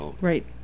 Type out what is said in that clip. Right